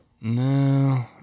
No